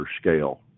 scale